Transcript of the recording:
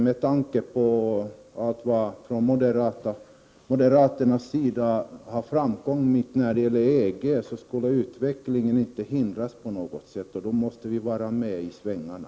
Med tanke på moderaternas ställningstagande till EG borde utvecklingen inte på något sätt hindras, utan vi måste vara med i svängarna.